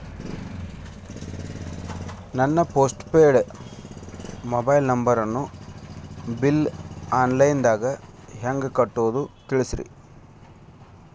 ನನ್ನ postpaid mobile ನಂಬರನ್ನು bill online ದಾಗ ಹೆಂಗ್ ಕಟ್ಟೋದು ತಿಳಿಸ್ರಿ